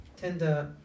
tender